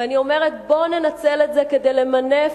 ואני אומרת: בואו ננצל את זה כדי למנף